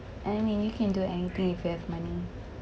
and you can do anything if you have money